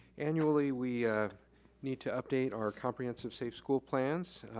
annually, we need to update our comprehensive safe school plans.